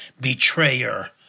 betrayer